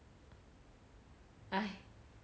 !hais!